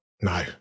No